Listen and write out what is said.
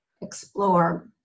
explore